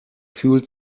fühlt